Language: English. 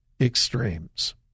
extremes